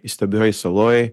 įstabioj saloj